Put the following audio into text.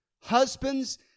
Husbands